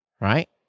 right